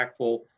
impactful